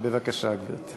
בבקשה, גברתי.